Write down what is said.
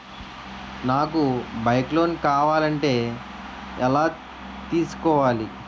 నాకు bike loan కావాలంటే ఎలా తీసుకోవాలి?